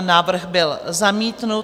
Návrh byl zamítnut.